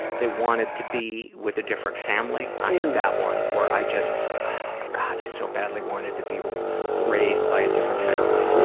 they wanted to be with a different family. i had that one, where i just oh god i so badly wanted to be raised by a different family.